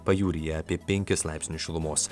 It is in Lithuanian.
pajūryje apie penkis laipsnius šilumos